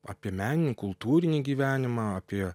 apie meninį kultūrinį gyvenimą apie